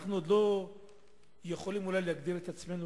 אנחנו עוד לא יכולים אולי להגדיר את עצמנו